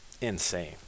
insane